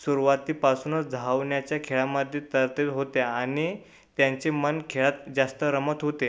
सुरुवातीपासूनच धावण्याच्या खेळामध्ये तरबेज होत्या आणि त्यांचे मन खेळात जास्त रमत होते